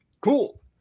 cool